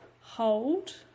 hold